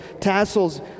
tassels